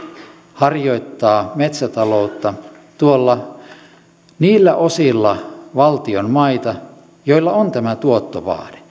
harjoittaa metsätaloutta niillä osilla valtion maita joilla on tämä tuottovaade